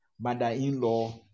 mother-in-law